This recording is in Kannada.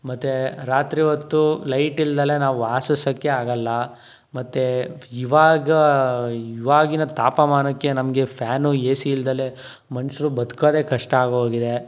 ಮತ್ತು ರಾತ್ರಿ ಹೊತ್ತು ಲೈಟ್ ಇಲ್ದಲೇ ನಾವು ವಾಸಿಸೊಕ್ಕೆ ಆಗಲ್ಲ ಮತ್ತು ಇವಾಗ ಇವಾಗಿನ ತಾಪಮಾನಕ್ಕೆ ನಮಗೆ ಫ್ಯಾನು ಎ ಸಿ ಇಲ್ದಲೇ ಮನುಷ್ಯರು ಬದುಕೋದೇ ಕಷ್ಟ ಆಗೋಗಿದೆ